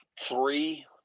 three